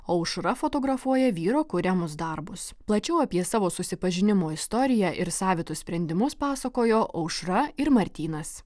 aušra fotografuoja vyro kuriamus darbus plačiau apie savo susipažinimo istoriją ir savitus sprendimus pasakojo aušra ir martynas